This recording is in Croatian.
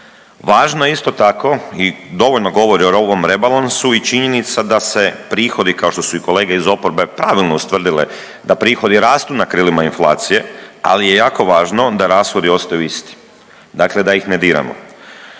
Važno je isto tako i dovoljno govori o ovom rebalansu i činjenica da se prihodi kao što su i kolege iz oporbe pravilno ustvrdile da prihodi rastu na krilima inflacije, ali je jako važno da rashodi ostaju isti dakle da ih ne diramo.